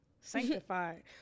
sanctified